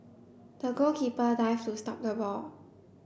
the goalkeeper dived to stop the ball